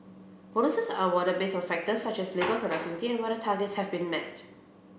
bonuses are awarded based on factors such as labour productivity and whether targets have been met